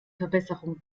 verbesserung